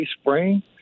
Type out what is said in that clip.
spring